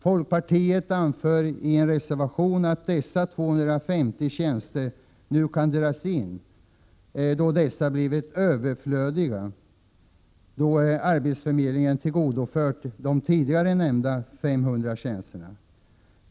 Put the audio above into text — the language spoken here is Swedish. Folkpartiet anför i en reservation att dessa 250 tjänster nu kan dras in, eftersom de blivit överflödiga då arbetsförmedlingen tillförts de tidigare nämnda 500 tjänsterna.